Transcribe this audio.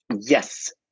yes